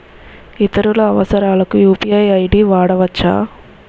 ఇతర అవసరాలకు UPI ID వాడవచ్చా?